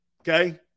Okay